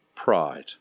Pride